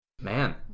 Man